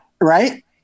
Right